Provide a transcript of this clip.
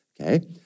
okay